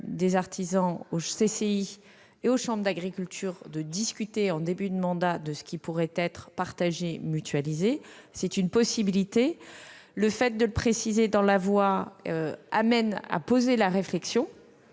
aux CMA, aux CCI et aux chambres d'agriculture de discuter en début de mandat de ce qui pourrait être partagé et mutualisé entre elles. C'est simplement une possibilité. Le fait de le préciser dans la loi amène à poser la réflexion,